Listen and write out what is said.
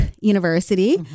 University